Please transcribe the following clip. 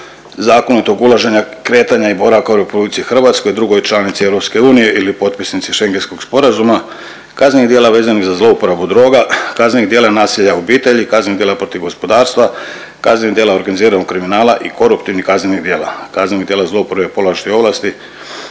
protuzakonitog ulaženja, kretanja i boravka u RH, drugoj članici EU ili potpisnici schengentskog sporazuma, kaznenih djela vezanih za zlouporabu droga, kaznenih djela nasilja u obitelji, kaznenih djela protiv gospodarstva, kaznenih djela organiziranog kriminala i koruptivnih kaznenih djela, kaznenih djela zlouporabe položaja i ovlasti.